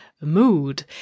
mood